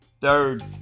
third